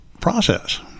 process